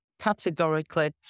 categorically